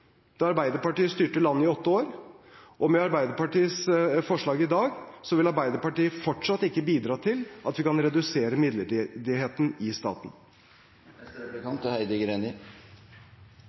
da Arbeiderpartiet styrte landet i åtte år, og med Arbeiderpartiets forslag i dag vil Arbeiderpartiet fortsatt ikke bidra til at vi kan redusere midlertidigheten i staten. Vi får opplyst at 16 pst. av de ansatte i staten i dag er